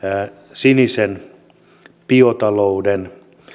sinisen biotalouden